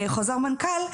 חוזר מנכ"ל,